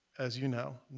as you know,